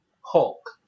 Hulk